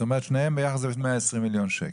זאת אומרת שניהם ביחד זה 120 מיליון שקלים.